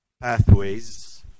pathways